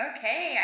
Okay